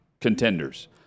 contenders